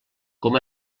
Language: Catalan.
com